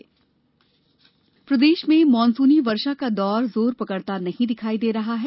मौसम बारिश प्रदेश में मानसूनी वर्षा का दौर जोर पकड़ता नहीं दिखाई दे रहा है